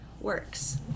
works